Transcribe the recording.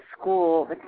school